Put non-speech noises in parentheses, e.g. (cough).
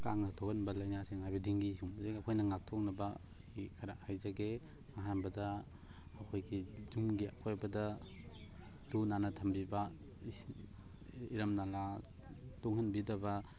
ꯀꯥꯡꯅ ꯊꯣꯛꯍꯟꯕ ꯂꯥꯏꯅꯥꯁꯤꯡ ꯍꯥꯏꯔꯒ ꯗꯦꯡꯒꯤꯁꯨ (unintelligible) ꯑꯩꯈꯣꯏꯅ ꯉꯥꯛꯊꯣꯛꯅꯕꯒꯤ ꯈꯔ ꯍꯥꯏꯖꯒꯦ ꯑꯍꯥꯟꯕꯗ ꯑꯩꯈꯣꯏꯒꯤ ꯌꯨꯝꯒꯤ ꯑꯀꯣꯏꯕꯗ ꯂꯨ ꯅꯥꯟꯅ ꯊꯝꯕꯤꯕ ꯏꯔꯝ ꯅꯥꯂꯥ ꯇꯨꯡꯍꯟꯕꯤꯗꯕ